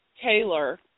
Taylor